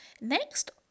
Next